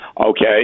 Okay